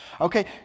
Okay